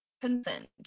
consent